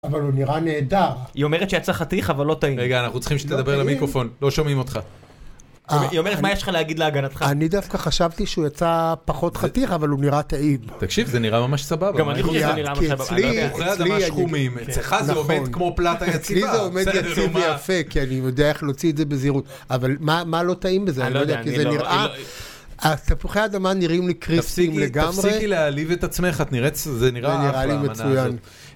אבל הוא נראה נהדר. היא אומרת שיצא חתיך, אבל לא טעים. רגע, אנחנו צריכים שתדבר למיקרופון. לא שומעים אותך. היא אומרת, מה יש לך להגיד להגנתך? אני דווקא חשבתי שהוא יצא פחות חתיך, אבל הוא נראה טעים. תקשיב, זה נראה ממש סבבה. גם אני חושב שזה נראה ממש סבבה. כי אצלי, תפוחי אדמה שחומים. אצלך זה עומד כמו פלטה יציבה. זה עומד יציב יפה, כי אני יודע איך להוציא את זה בזהירות. אבל מה לא טעים בזה? אני לא יודע. כי זה נראה... תפוחי אדמה נראים לי קריספיים לגמרי. תפסיקי להעליב את עצמך. זה נראה אחלה. זה נראה לי מצוין.